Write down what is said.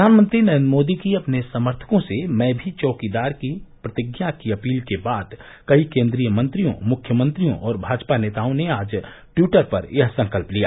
प्रधानमंत्री नरेन्द्र मोदी की अपने समर्थकों से मैं भी चौकीदार की प्रतिज्ञा की अपील के बाद कई केन्द्रीय मंत्रियों मुख्यमंत्रियों और भाजपा नेताओं ने आज टवीटर पर यह संकल्प लिया